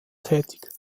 tätig